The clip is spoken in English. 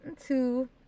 Two